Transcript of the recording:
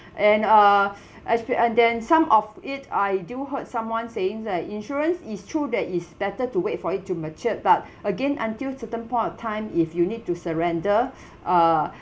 and uh exper~ and then some of it I do heard someone saying that insurance is true that it's better to wait for it to matured but again until certain point of time if you need to surrender uh